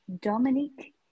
Dominique